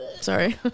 Sorry